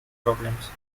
problems